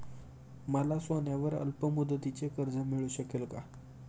मला सोन्यावर अल्पमुदतीचे कर्ज मिळू शकेल का?